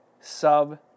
sub